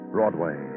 Broadway